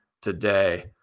today